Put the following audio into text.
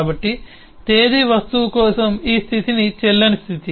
కాబట్టి తేదీ వస్తువు కోసం ఈ స్థితి చెల్లని స్థితి